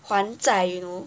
还债 you know